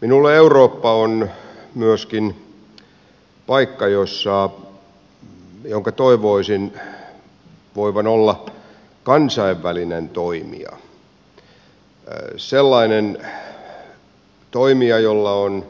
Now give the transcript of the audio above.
minulle eurooppa on myöskin paikka jonka toivoisin voivan olla kansainvälinen toimija sellainen toimija jolla on